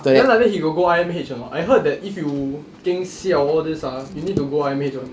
then like that he got go I_M_H or not I heard that if you geng siao and all these ah you need to go I_M_H [one] eh